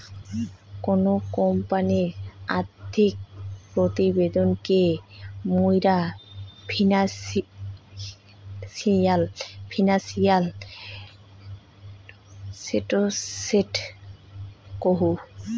কোনো কোম্পানির আর্থিক প্রতিবেদন কে মুইরা ফিনান্সিয়াল স্টেটমেন্ট কহু